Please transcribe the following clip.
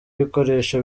ibikoresho